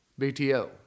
BTO